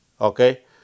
Okay